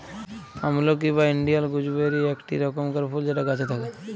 আমলকি বা Indian gooseberry ইকটি রকমকার ফুল যেটা গাছে থাক্যে